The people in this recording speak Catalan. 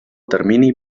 termini